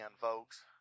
folks